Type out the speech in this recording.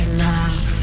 love